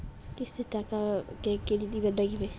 কিস্তির টাকা কেঙ্গকরি দিবার নাগীবে?